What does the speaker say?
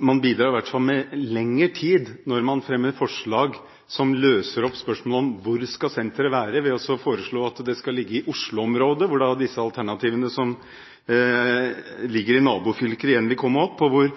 Man bidrar i hvert fall med lengre tid når man fremmer forslag som igjen tar opp spørsmålet om hvor senteret skal være, ved å foreslå at det skal ligge i Oslo-området. Da vil alternativene som ligger i nabofylkene igjen komme opp. Man har ikke fått med seg at beredskapstroppen skal holde til på dette senteret. Den skal kunne brukes døgnet rundt i det sentrale Oslo i skarpe operasjoner, og det handler om sekunder og minutter hvor